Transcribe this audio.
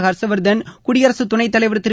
ஹர்ஷ்வர்தன் குடியரசுத் துணைத்தலைவர் திரு